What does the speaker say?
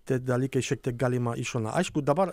tie dalykai šiek tiek galima į šoną aišku dabar